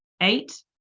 eight